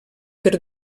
per